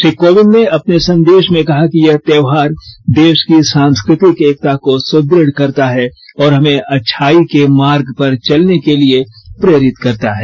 श्री कोविंद ने अपने संदेश में कहा कि यह त्यौहार देश की सांस्कृतिक एकता को सुद्रढ़ करता हैं और हमें अच्छाई के मार्ग पर चलने के लिए प्रेरित करता है